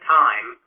time